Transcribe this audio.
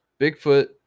Bigfoot